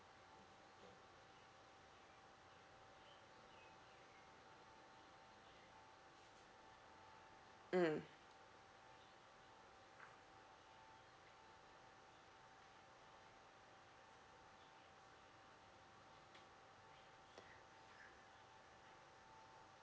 mm